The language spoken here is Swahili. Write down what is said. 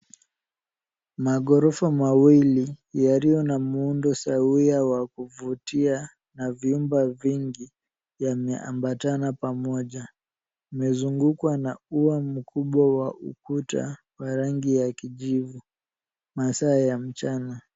Magorofa mawili, yaliyo na muundo sawia wa kuvutia na vyumba vingi, yameambatana pamoja. Yamezungukwa na ua mkubwa wa ukuta, wa rangi ya kijivu. Masaa ya mchana.